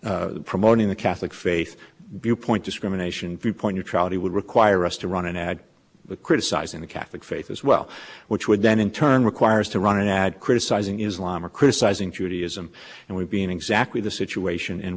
promoting promoting the catholic faith be a point discrimination viewpoint atrocity would require us to run an ad criticizing the catholic faith as well which would then in turn requires to run an ad criticizing islam or criticizing judaism and we'd be in exactly the situation in